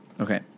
Okay